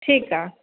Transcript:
ठीकु आहे